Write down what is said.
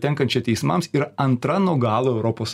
tenkančią teismams ir antra nuo galo europos